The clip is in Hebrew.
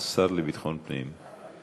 אדוני, השר לביטחון פנים.